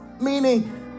Meaning